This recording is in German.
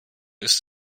ist